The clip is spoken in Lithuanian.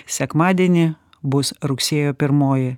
sekmadienį bus rugsėjo pirmoji